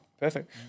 Perfect